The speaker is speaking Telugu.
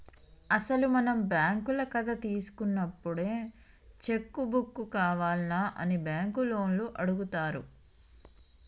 అసలు మనం బ్యాంకుల కథ తీసుకున్నప్పుడే చెక్కు బుక్కు కావాల్నా అని బ్యాంకు లోన్లు అడుగుతారు